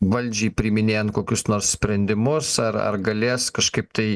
valdžiai priiminėjant kokius nors sprendimus ar ar galės kažkaip tai